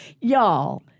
y'all